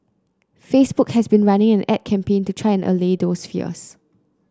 Facebook has been running an A D campaign to try to allay those fears